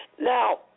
Now